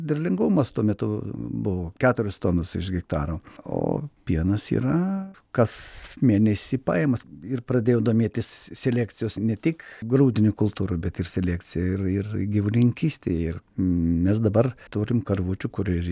derlingumas tuo metu buvo keturios tonos iš hektaro oo pienas yra kas mėnesį pajimas ir pradėjau domėtis selekcijos ne tik grūdinių kultūrų bet ir selekcija ir ir gyvulininkystėj ir mes dabar turim karvučių kur ir